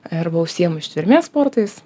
arba užsiema ištvermės sportais